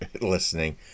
listening